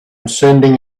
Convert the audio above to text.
sending